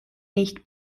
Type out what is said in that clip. nicht